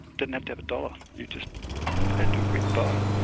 didn't have to have a dollar. you just had to agree to buy it,